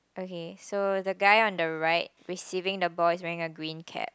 okay so the guy on the right receiving the ball is wearing a green cap